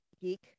geek